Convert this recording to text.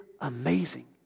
amazing